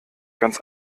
ganz